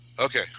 Okay